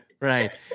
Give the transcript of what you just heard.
Right